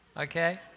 Okay